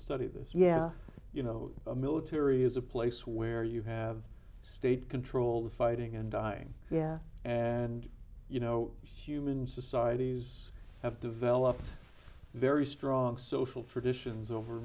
study this yeah you know a military is a place where you have state controlled fighting and dying yeah and you know human societies have developed very strong social traditions over